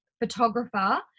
photographer